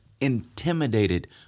intimidated